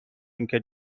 اینکه